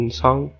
song